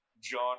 John